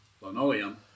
linoleum